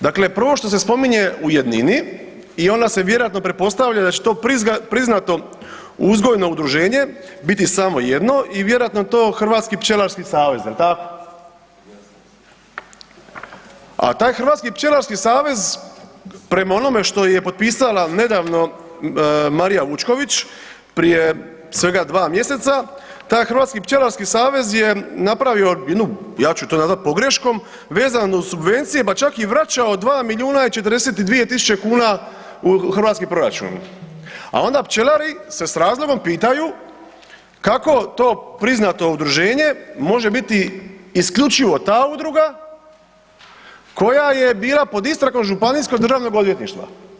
Dakle prvo što se spominje u jednini i onda se vjerojatno pretpostavlja da će to priznato uzgojno udruženje biti samo jedno i vjerojatno je to Hrvatski pčelarski savez, je li tako? ... [[Upadica se ne čuje.]] A taj Hrvatski pčelarski savez, prema onome što je potpisala nedavno Marija Vučković prije svega 2 mjeseca, taj HPS je napravio jednu, ja ću to nazvati pogreškom, vezan uz subvencije, pa čak i vraćao 2 milijuna i 42 tisuće kuna u hrvatski proračun, a onda pčelari se s razlogom pitaju kako to priznato udruženje može biti isključivo ta udruga, koja je bila pod istragom Županijskog državnog odvjetništva.